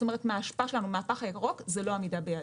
כלומר מהאשפה מהפח הירוק זה לא עמידה ביעדים.